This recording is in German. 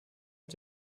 mit